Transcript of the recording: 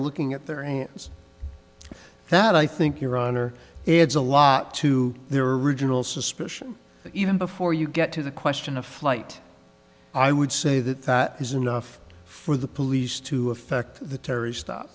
looking at their hands that i think your honor it's a lot to their original suspicion even before you get to the question of flight i would say that that is enough for the police to affect the terr